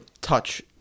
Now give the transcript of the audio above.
touch